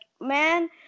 man